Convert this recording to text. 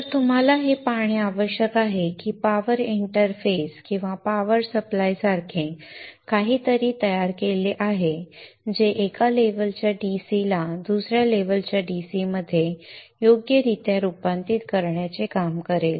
तर तुम्हाला हे पाहणे आवश्यक आहे की पॉवर इंटरफेस किंवा पॉवर सप्लाय सारखे काहीतरी तयार केले आहे जे एका लेव्हलच्या DC ला दुसऱ्या लेव्हलच्या DC मध्ये योग्यरित्या रूपांतरित करण्याचे काम करेल